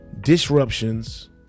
disruptions